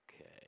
Okay